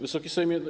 Wysoki Sejmie!